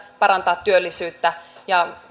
parantaa alueensa työllisyyttä ja